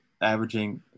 averaging